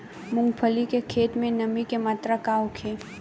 मूँगफली के खेत में नमी के मात्रा का होखे?